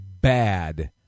bad